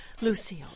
Lucille